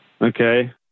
Okay